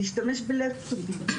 להשתמש בלפטופים,